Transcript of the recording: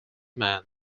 man